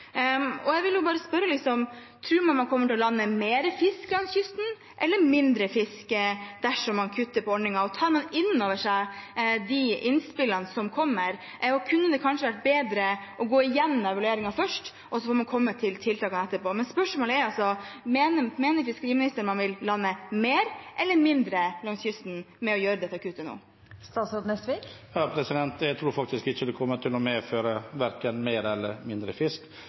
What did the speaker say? Jeg vil bare spørre: Tror man at man kommer til å lande mer eller mindre fisk langs kysten dersom man kutter i ordningen? Tar man innover seg de innspillene som kommer? Det hadde kanskje vært bedre å gå igjennom evalueringen først og så kommet med tiltakene etterpå? Spørsmålet er: Mener fiskeriministeren man vil lande mer eller mindre fisk langs kysten ved å gjøre dette kuttet nå? Jeg tror faktisk ikke det vil medføre verken mer eller mindre fisk.